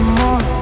more